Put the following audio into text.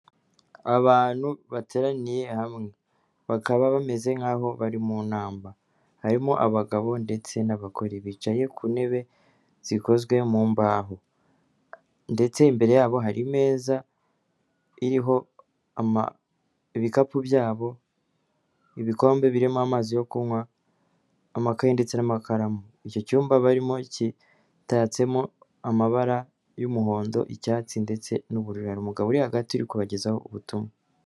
Abantu bateraniye hamwe, bakaba bameze nk'aho bari mu nama, harimo abagabo ndetse n'abagore, bicaye ku ntebe zikozwe mu mbaho, ndetse imbere yabo hari ameza iriho ibikapu byabo ibikombe birimo amazi yo kunywa, amakaye ndetse n'amakaramu, icyo cyumba barimo kitatsemo amabara y'umuhondo, icyatsi ndetse n'ubururu, hari umugabo uri hagati uri kubagezaho ubutumwa.